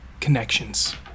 connections